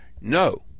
No